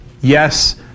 yes